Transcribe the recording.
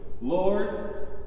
Lord